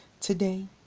Today